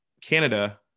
canada